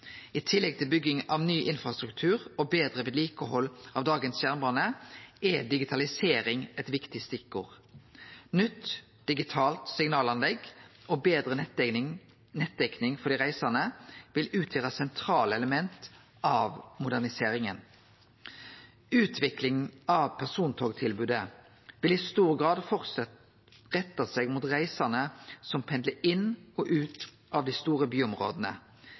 I tillegg til bygging av ny infrastruktur og betre vedlikehald av dagens jernbane er digitalisering eit viktig stikkord. Nytt digitalt signalanlegg og betre nettdekning for dei reisande vil utgjere sentrale element av moderniseringa. Utvikling av persontogtilbodet vil i stor grad framleis rette seg mot reisande som pendlar inn og ut av dei store byområda.